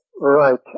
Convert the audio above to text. Right